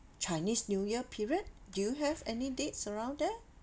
chinese new year period do you have any dates around there